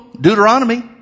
Deuteronomy